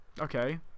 Okay